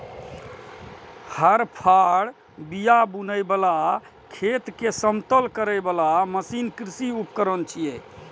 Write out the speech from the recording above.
हर, फाड़, बिया बुनै बला, खेत कें समतल करै बला मशीन कृषि उपकरण छियै